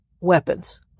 weapons